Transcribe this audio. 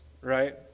right